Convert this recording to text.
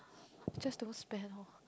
just don't spend orh